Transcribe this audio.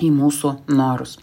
į mūsų norus